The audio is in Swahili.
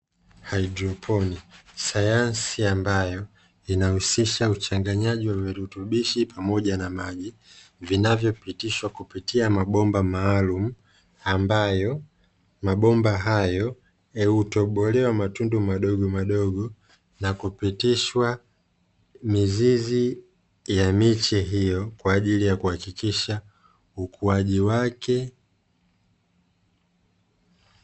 Hydoponiki sayansi ambayo inahusisha virutubisho vya mchanganyiko pamoja na maji vinavyopitishwa kwaajili ya kusaidia ukuaji wake